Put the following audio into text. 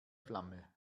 flamme